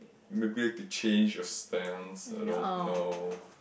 maybe I can change your stance I don't know